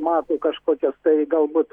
mato kažkokias tai galbūt